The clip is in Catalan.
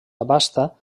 abasta